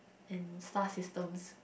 and star systems